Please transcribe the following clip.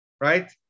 right